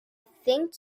think